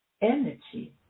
Energy